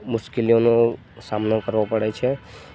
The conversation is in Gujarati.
મુશ્કેલીઓનો સામનો કરવો પડે છે